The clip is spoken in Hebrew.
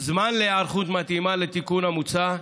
זמן להיערכות מתאימה לתיקון המוצע,